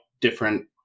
different